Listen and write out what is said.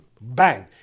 bang